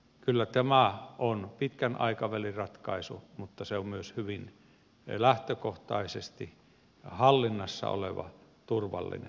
kyllä tämä on pitkän aikavälin ratkaisu mutta se on myös hyvin lähtökohtaisesti hallinnassa oleva turvallinen ratkaisu